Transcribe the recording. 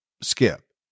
Skip